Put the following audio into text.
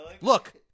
Look